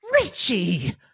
Richie